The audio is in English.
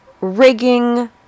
rigging